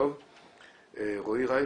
רועי רייכר,